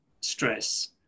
stress